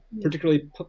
particularly